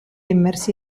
immersi